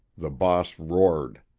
the boss roared.